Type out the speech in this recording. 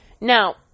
Now